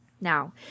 Now